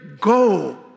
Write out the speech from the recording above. go